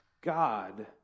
God